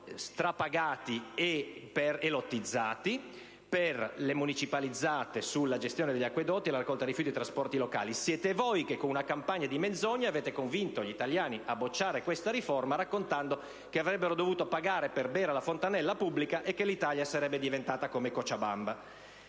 Pensa a Milano! MALAN *(PdL)*. ...sulla gestione degli acquedotti, la raccolta rifiuti e i trasporti locali. Siete voi che con una campagna di menzogne avete convinto gli italiani a bocciare questa riforma, raccontando che avrebbero dovuto pagare per bere alla fontanella pubblica e che l'Italia sarebbe diventata come Cochabamba!